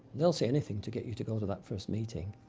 they'll say anything to get you to go to that first meeting.